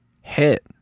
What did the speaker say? hit